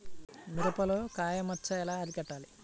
మిరపలో కాయ మచ్చ ఎలా అరికట్టాలి?